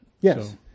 Yes